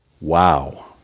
Wow